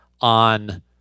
on